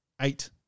eight